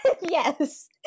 yes